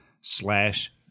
slash